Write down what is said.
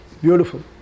Beautiful